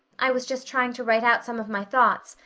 i was just trying to write out some of my thoughts,